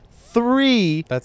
three